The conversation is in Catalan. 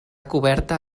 coberta